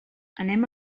anem